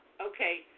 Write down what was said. Okay